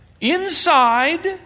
inside